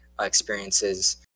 experiences